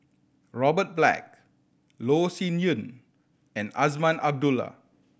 Robert Black Loh Sin Yun and Azman Abdullah